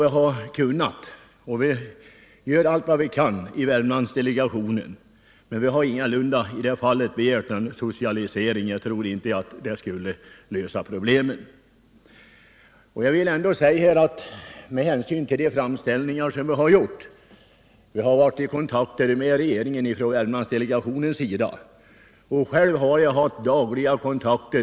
Vi har gjort och vi gör allt vad vi kan i Värmlandsdelegationen, men vi har ingalunda begärt någon socialisering — vi tror inte att det skulle lösa problemen. 151 Vi har i Värmlandsdelegationen varit i kontakt med regeringen, och själv har jag dagligen haft sådana kontakter.